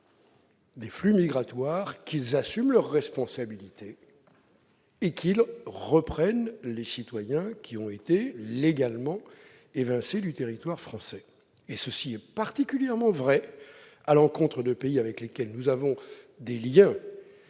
des flux migratoires qu'ils assument leurs responsabilités en reprenant leurs ressortissants qui ont été légalement évincés du territoire français. Cela est particulièrement vrai pour les pays avec lesquels nous avons des liens